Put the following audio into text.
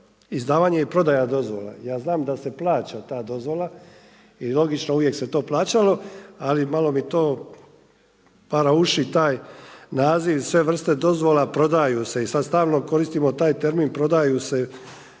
Izdavanje i prodaja dozvola. Ja znam da se plaća ta dozvola, i logično, uvijek se to plaćalo, ali malo mi je to para uši taj naziv i sve vrste dozvola, prodaju se i sad stalno koristimo taj termin prodaju se